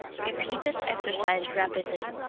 repeat this exercise rapidly,